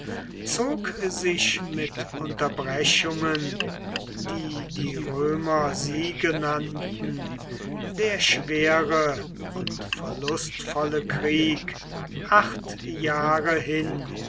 zog sich mit unterbrechungen die die römer siege nannten der schwere und verlustvolle krieg acht jahre hin